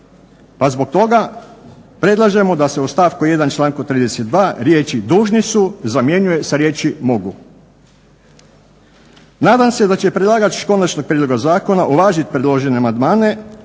pa zbog toga predlažemo da se u stavku 1. članku 32. riječi dužni su zamjenjuje sa riječi mogu. Nadam se da će predlagač konačnog prijedloga zakona uvažit predložene amandmane,